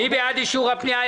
מי בעד אישור הפנייה?